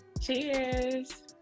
Cheers